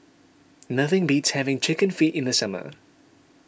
nothing beats having Chicken Feet in the summer